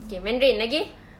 okay mandarin lagi